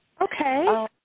Okay